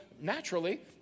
naturally